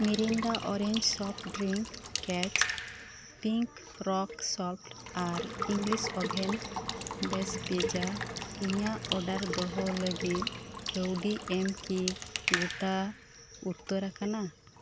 Mirinda orange soft drink ᱠᱮᱪ pink rock soft ᱟᱨ English oven ᱫᱮᱥ ᱯᱤᱡᱽᱡᱟ ᱤᱧᱟᱹᱜ ᱚᱨᱰᱟᱨ ᱫᱚᱦᱚ ᱞᱟᱹᱜᱤᱫ ᱠᱟᱹᱣᱰᱤ ᱮᱢᱠᱤ ᱜᱚᱴᱟ ᱩᱛᱟᱹᱨᱟᱠᱟᱱᱟ